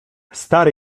stary